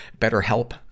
BetterHelp